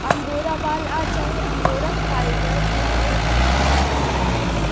angora बाल आ चाहे अंगोरा फाइबर दुनो एके चीज के कहल जाला